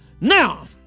now